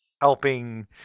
helping